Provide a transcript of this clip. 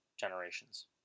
Generations